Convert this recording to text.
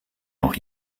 noch